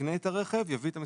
יקנה את הרכב, יביא את המסמכים,